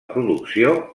producció